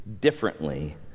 differently